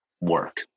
work